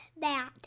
that